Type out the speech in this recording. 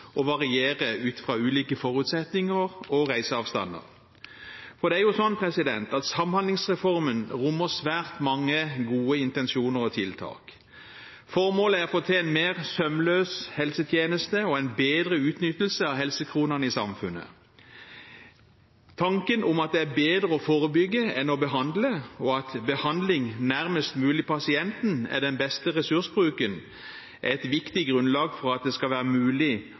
og varieres ut fra ulike forutsetninger og reiseavstander. Samhandlingsreformen rommer svært mange gode intensjoner og tiltak. Formålet er å få til en mer sømløs helsetjeneste og en bedre utnyttelse av helsekronene i samfunnet. Tanken om at det er bedre å forebygge enn å behandle, og at behandling nærmest mulig pasienten er den beste ressursbruken, er et viktig grunnlag for at det skal være mulig